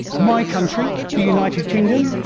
my country, the united kingdom,